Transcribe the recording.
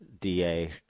da